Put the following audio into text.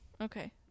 Okay